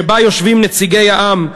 שבה יושבים נציגי העם,